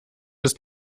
ist